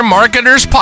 Marketer's